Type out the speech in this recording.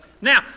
Now